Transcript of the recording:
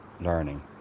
learning